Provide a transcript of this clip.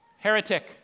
Heretic